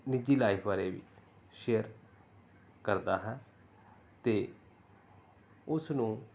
ਨਿੱਜੀ ਲਾਈਫ ਬਾਰੇ ਵੀ ਸ਼ੇਅਰ ਕਰਦਾ ਹੈ ਅਤੇ ਉਸ ਨੂੰ